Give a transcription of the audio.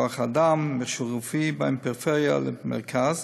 כוח-אדם ומכשור רפואי בין פריפריה למרכז,